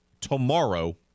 tomorrow